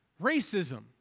racism